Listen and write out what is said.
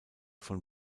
von